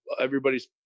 everybody's